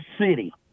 city